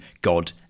God